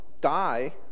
die